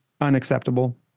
unacceptable